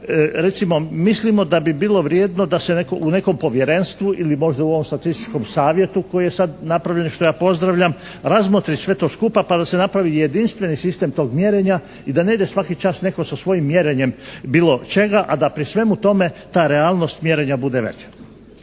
mislimo da bi bilo vrijedno da se u nekom povjerenstvu ili možda u ovom Statističkom savjetu koji je sad napravljen, što ja pozdravljam, razmotri sve to skupa pa da se napravi jedinstveni sistem tog mjerenja i da ne ide svaki čas netko sa svojim mjerenjem bilo čega, a da pri svemu tome ta realnost mjerenja bude veća.